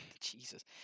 Jesus